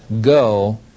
go